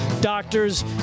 doctors